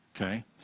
okay